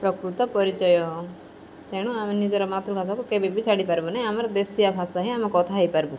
ପ୍ରକୃତ ପରିଚୟ ତେଣୁ ଆମେ ନିଜର ମାତୃଭାଷାକୁ କେବେ ବି ଛାଡ଼ିପାରୁନି ଆମର ଦେଶିଆ ଭାଷା ହିଁ ଆମେ କଥା ହେଇପାରିବୁ